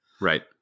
Right